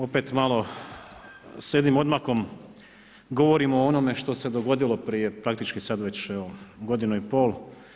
Opet malo s jednim odmakom govorimo o onome što se dogodilo prije praktički sad već godinu i pol.